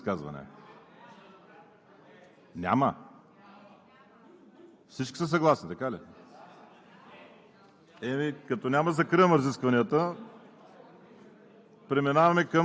изказвания. Има ли желаещи за изказвания? Няма? Всички са съгласни, така ли?